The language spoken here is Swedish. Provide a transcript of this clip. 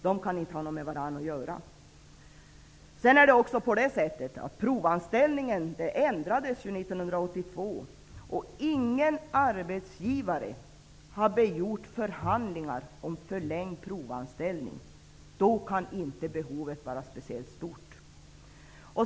Dessa anställningar har inte med varandra att göra. Provanställningen ändrades 1982. Ingen arbetsgivare har begärt förhandlingar om förlängd provanställning. Då kan inte behovet vara speciellt stort.